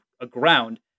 aground